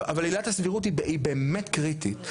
אבל עילת הסבירות היא באמת קריטית.